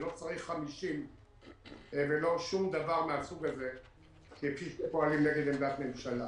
ולא צריך 50 ולא שום דבר מהסוג הזה --- שפועלים נגד עמדת ממשלה.